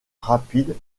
rapides